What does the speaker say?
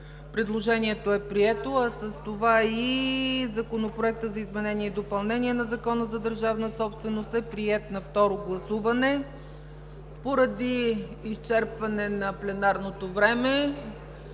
Предложението е прието, а с това и Законопроектът за изменение и допълнение на Закона за държавната собственост е приет на второ гласуване. Поради изчерпване на пленарното време